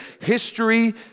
history